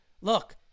look